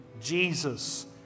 Jesus